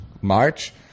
March